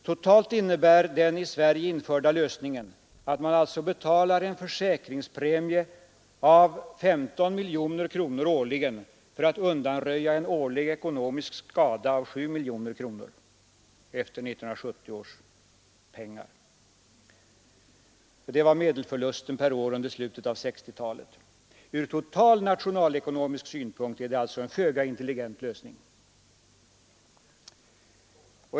Totalt innebär den i Sverige införda lösningen att man alltså betalar en ”försäkringspremie” av 15 miljoner kronor årligen för att undanröja en årlig ekonomisk skada av 7 miljoner kronor efter 1970 års penningvärde. Det var medelförlusten per år under slutet av 1960-talet. Ur total nationalekonomisk synpunkt är det alltså en föga intelligent lösning.